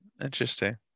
Interesting